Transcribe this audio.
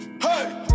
Hey